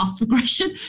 regression